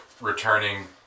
returning